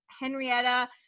Henrietta